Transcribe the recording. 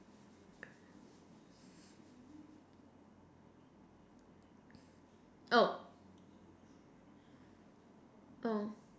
oh oh